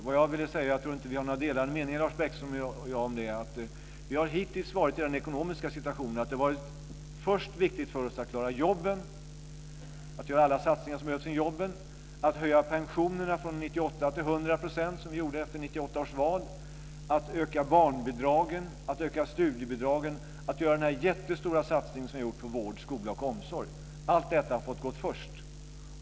Vad jag ville säga var - jag tror inte att Lars Bäckström och jag har några delade meningar om det - att vi hittills varit i den ekonomiska situationen att det har varit viktigt för oss att först klara jobben, att göra alla satsningar som behövs för jobben, att höja pensionerna från 98 % till 100 %, som vi gjorde efter 1998 års val, att öka barnbidragen, att öka studiebidragen och att göra den jättestora satsning som vi har gjort på vård, skola och omsorg. Allt detta har fått gå först.